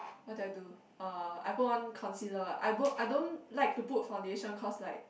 what do I do uh I put on concealer I don't I don't like to put foundation because like